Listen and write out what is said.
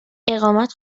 اقامت